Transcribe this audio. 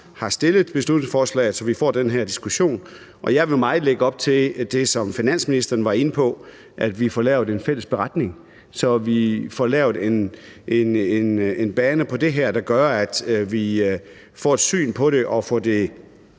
har fremsat beslutningsforslaget, så vi får den her diskussion, og jeg vil meget lægge op til det, som finansministeren var inde på: At vi får lavet en fælles beretning, så vi får lavet en bane for det her, der gør, at vi får et syn på det og får det